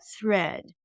thread